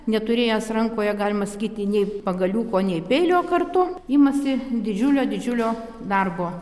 neturėjęs rankoje galima sakyti nei pagaliuko nei peilio kartu imasi didžiulio didžiulio darbo